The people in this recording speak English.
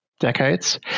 decades